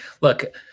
look